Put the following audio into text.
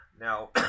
now